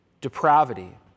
depravity